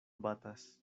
batas